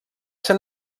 ser